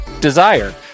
Desire